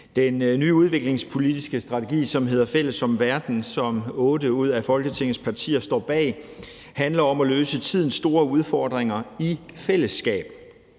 Den nye udviklingspolitiske strategi, som hedder »Fælles om verden«, som otte af Folketingets partier står bag, handler om at løse tidens store udfordringer i fællesskab,